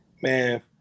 man